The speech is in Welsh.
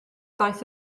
daeth